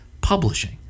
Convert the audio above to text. publishing